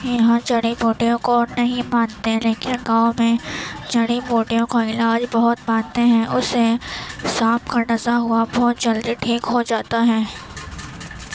یہاں جڑی بوٹیوں کو نہیں مانتے لیکن گاؤں میں جڑی بوٹیوں کا علاج بہت مانتے ہیں اس سے سانپ کا ڈسا ہوا بہت جلدی ٹھیک ہو جاتا ہے